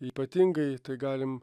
ypatingai tai galim